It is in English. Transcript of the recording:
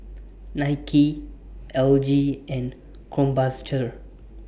Nike L G and Krombacher